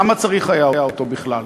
למה צריך היה אותו בכלל?